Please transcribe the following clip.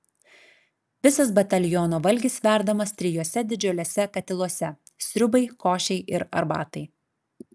visas bataliono valgis verdamas trijuose didžiuliuose katiluose sriubai košei ir arbatai